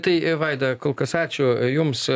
tai vaida kol kas ačiū jums